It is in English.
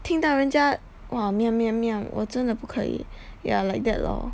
听到人家 !wah! 我真的不可以 ya like that lor